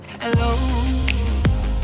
Hello